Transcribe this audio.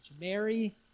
Mary